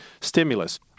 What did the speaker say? stimulus